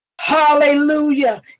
Hallelujah